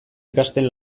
ikasten